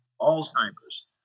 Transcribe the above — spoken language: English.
Alzheimer's